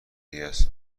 دیگهس